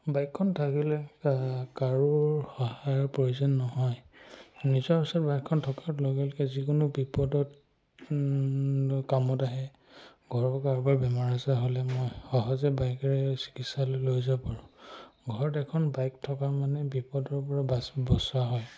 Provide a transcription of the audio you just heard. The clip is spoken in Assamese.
বাইকখন থাকিলে কাৰো সহায়ৰ প্ৰয়োজন নহয় নিজৰ ওচৰত বাইকখন থকাৰ লগে লগে যিকোনো বিপদত কামত আহে ঘৰৰ কাৰোবাৰ বেমাৰ আজাৰ হ'লে মই সহজে বাইকেৰে চিকিৎসালয়লৈ লৈ যাব পাৰোঁ ঘৰত এখন বাইক থকা মানে বিপদৰ পৰা বাচ বচোৱা হয়